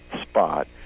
spot